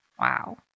Wow